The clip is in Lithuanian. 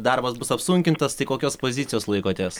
darbas bus apsunkintas tai kokios pozicijos laikotės